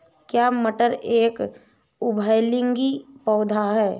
क्या मटर एक उभयलिंगी पौधा है?